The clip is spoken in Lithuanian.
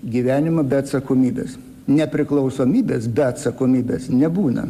gyvenimą be atsakomybės nepriklausomybės be atsakomybės nebūna